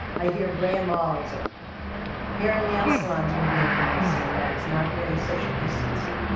i hear brea mall is open. hair and nail salons will be opening soon, that is not really social distancing.